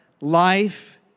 Life